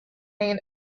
main